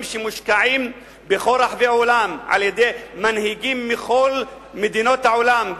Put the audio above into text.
שמושקעים בכל רחבי העולם על-ידי מנהיגים מכל מדינות העולם,